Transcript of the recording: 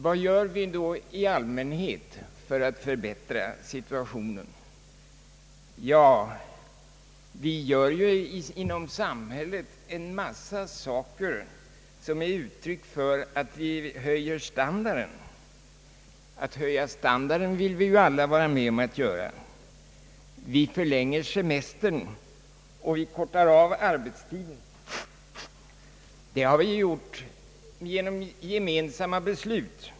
Vad gör vi då i allmänhet för att förbättra situationen? Ja, det görs ju inom samhället en mängd saker som är uttryck för att vi höjer standarden. Alla vill vi ju vara med om att höja standarden. Vi förlänger semestern och vi kortar av arbetstiden. Det har vi gjort genom gemensamma beslut.